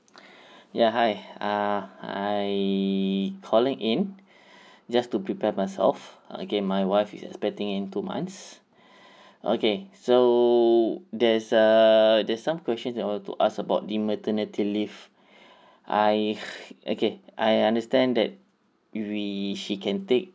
ya hi uh I calling in just to prepare myself okay my wife is expecting in two months okay so there's a there's some questions that I want to ask about the maternity leave I okay I understand that we she can take